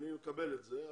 אני מקבל את זה,